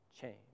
change